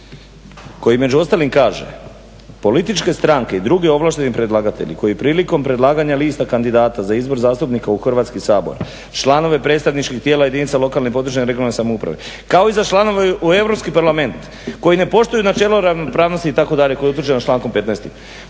koji među ostalim kaže - Političke stranke i drugi ovlašteni predlagatelji koji prilikom predlaganja lista kandidata za izbor zastupnika u Hrvatski sabor članove predstavničkih tijela jedinica lokalne i područne (regionalne) samouprave kao i za članove u Europski parlament koji ne poštuju načelo ravnopravnosti itd., koje je utvrđeno člankom 15.